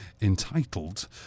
entitled